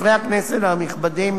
חברי הכנסת הנכבדים,